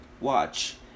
watch